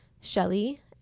Shelly